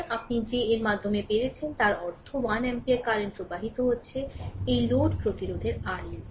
সুতরাং যে আপনি এর মাধ্যমে পেরেছেন তার অর্থ 1 অ্যাম্পিয়ার কারেন্ট প্রবাহিত হচ্ছে এই লোড প্রতিরোধের RL